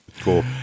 cool